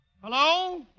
Hello